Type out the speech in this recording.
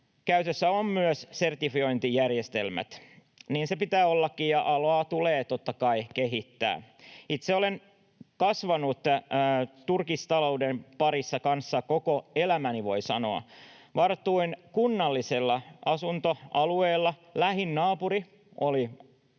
Käytössä on myös sertifiointijärjestelmät — niin sen pitää ollakin — ja alaa tulee totta kai kehittää. Itse olen kasvanut turkistalouden kanssa koko elämäni, voi sanoa. Vartuin kunnallisella asuntoalueella. Lähin naapuri oli